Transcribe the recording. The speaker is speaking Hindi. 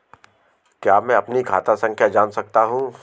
क्या मैं अपनी खाता संख्या जान सकता हूँ?